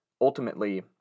Ultimately